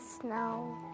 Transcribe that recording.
snow